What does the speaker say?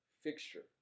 fixture